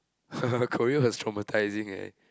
Korea is traumatizing eh